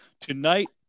Tonight